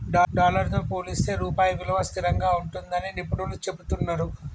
dollar తో పోలిస్తే రూపాయి విలువ స్థిరంగా ఉంటుందని నిపుణులు చెబుతున్నరు